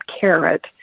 carrot